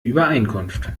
übereinkunft